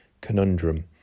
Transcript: conundrum